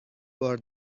بار